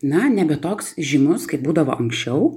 na nebe toks žymus kaip būdavo anksčiau